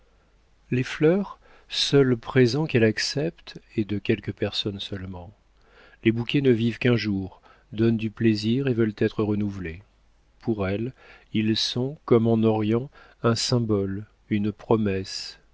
les fleurs seul présent qu'elle accepte et de quelques personnes seulement les bouquets ne vivent qu'un jour donnent du plaisir et veulent être renouvelés pour elle ils sont comme en orient un symbole une promesse